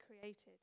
created